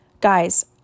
Guys